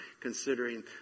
considering